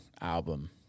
album